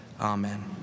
Amen